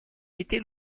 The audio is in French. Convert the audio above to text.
était